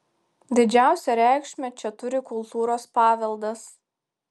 didžiausią reikšmę čia turi kultūros paveldas